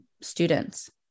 students